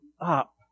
up